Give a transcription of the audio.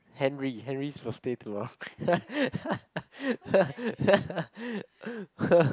Henry Henry's birthday tomorrow